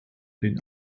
den